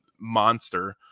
monster